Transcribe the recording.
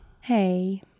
Hey